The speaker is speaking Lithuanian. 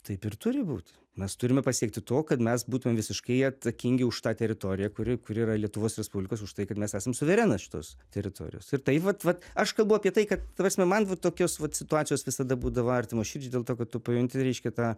taip ir turi būti mes turime pasiekti to kad mes būtumėm visiškai atsakingi už tą teritoriją kuri kuri yra lietuvos respublikos už tai kad mes esam suverenas šitos teritorijos ir tai vat vat aš kalbu apie tai kad ta prasme man va tokios vat situacijos visada būdavo artimo širdžiai dėl to kad tu pajunti reiškia tą